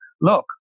look